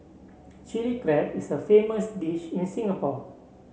Chilli Crab is a famous dish in Singapore